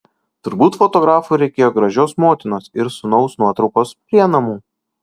turbūt fotografui reikėjo gražios motinos ir sūnaus nuotraukos prie namų